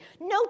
No